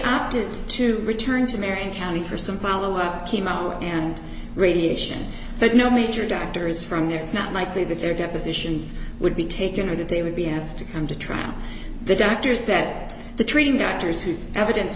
opted to return to marion county for some follow well came out and radiation but no major doctors from there it's not likely that their depositions would be taken or that they would be asked to come to trial the doctors that the treating doubters whose evidence